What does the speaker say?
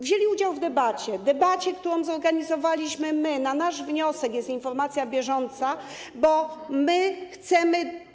Wzięli udział w debacie, którą zorganizowaliśmy my - na nasz wniosek jest informacja bieżąca, bo my chcemy.